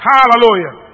Hallelujah